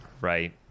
Right